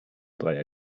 dreier